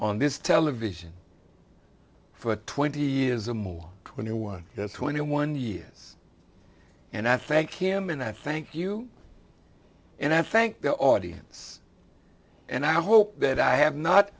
on this television for twenty years or more twenty one twenty one years and i thank him and i thank you and i thank the audience and i hope that i have not